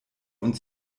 und